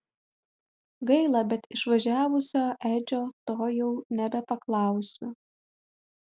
gaila bet išvažiavusio edžio to jau nebepaklausiu